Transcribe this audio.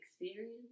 experience